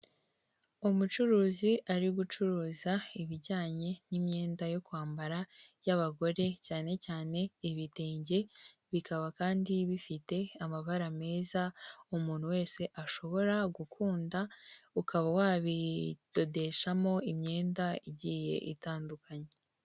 Umucuruzi ari gucuruza ibijyanye n'imyenda yo kwambara y'abagore, cyane cyane ibitenge, bikaba kandi bifite amabara meza umuntu wese ashobora gukunda, ukaba wabidodeshamo imyenda igiye itandukanye.